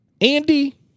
Andy